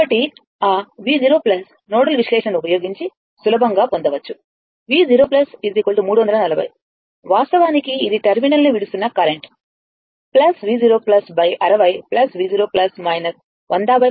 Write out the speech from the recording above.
కాబట్టి ఆ V0 nodal విశ్లేషణను ఉపయోగించి సులభంగా పొందవచ్చుV0 340 వాస్తవానికి ఇది టెర్మినల్ ని విడుస్తున్న కరెంట్ V0 60 V0 10016 0